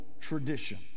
tradition